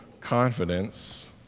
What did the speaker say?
confidence